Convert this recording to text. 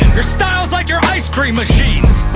your style's like your ice cream machines